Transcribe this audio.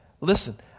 Listen